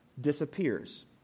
disappears